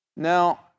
Now